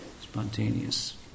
spontaneous